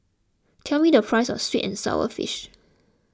tell me the price of Sweet and Sour Fish